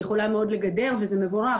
היא יכולה מאוד לגדר וזה מבורך,